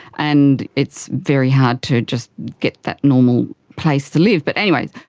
and it's very hard to just get that normal place to live. but anyway,